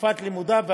בתקופת לימודיו,